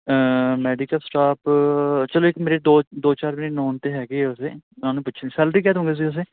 medical staff ਚੱਲੋ ਇੱਕ ਮੇਰੇ ਦੋ ਚਾਰ ਮੇਰੇ ਨੋਨ ਤਾਂ ਹੈਗੇ ਉਸਦੇ ਉਹਨਾਂ ਨੂੰ ਪੁੱਛੇ ਸੈਲਰੀ ਕਿਆ ਦਿਉਂਗੇ ਤੁਸੀਂ ਉਸਦੀ